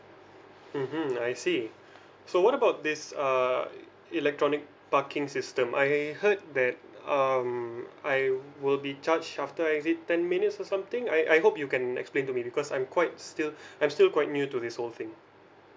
mmhmm I see so what about this uh electronic parking system I heard that um I will be charged after I exit ten minutes or something I I hope you can explain to me because I'm quite still I'm still quite new to this whole thing